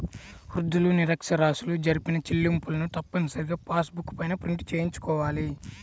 వృద్ధులు, నిరక్ష్యరాస్యులు జరిపిన చెల్లింపులను తప్పనిసరిగా పాస్ బుక్ పైన ప్రింట్ చేయించుకోవాలి